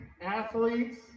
athletes